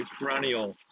perennial